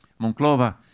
monclova